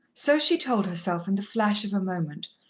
so she told herself in the flash of a moment,